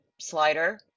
slider